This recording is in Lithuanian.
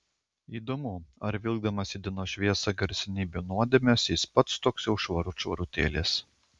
įdomu ar vilkdamas į dienos šviesą garsenybių nuodėmes jis pats toks jau švarut švarutėlis